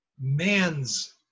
man's